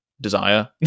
desire